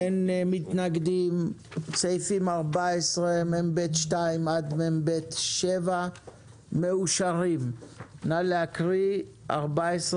הצבעה אושר סעיפים 14מב2 עד 14מב7 אושרו פה אחד.